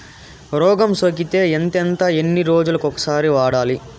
రోగం సోకితే ఎంతెంత ఎన్ని రోజులు కొక సారి వాడాలి?